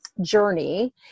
journey